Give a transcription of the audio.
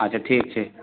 अच्छा ठीक छै